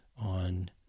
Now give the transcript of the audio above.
on